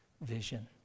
vision